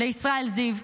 לישראל זיו,